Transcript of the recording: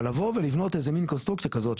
אבל לבוא ולבנות איזה מין קונסטרוקציה כזאת,